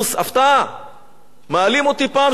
מעלים אותי פעם שנייה בתוך חודש בערוץ הכנסת,